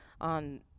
on